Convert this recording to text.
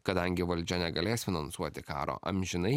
kadangi valdžia negalės finansuoti karo amžinai